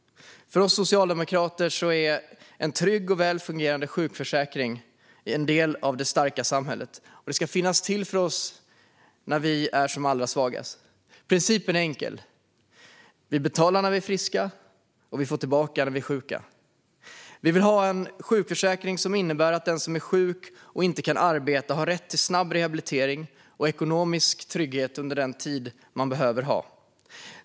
För oss socialdemokrater är en trygg och väl fungerande sjukförsäkring en del av det starka samhället. Det ska finnas där för oss när vi är som allra svagast. Principen är enkel: Vi betalar när vi är friska, och vi får tillbaka när vi är sjuka. Vi vill ha en sjukförsäkring som innebär att den som är sjuk och inte kan arbeta har rätt till snabb rehabilitering och ekonomisk trygghet under den tid man behöver.